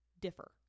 differ